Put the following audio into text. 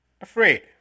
afraid